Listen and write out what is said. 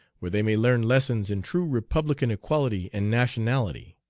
where they may learn lessons in true republican equality and nationality.